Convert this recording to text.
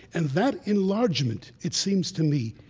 and that enlargement, it seems to me,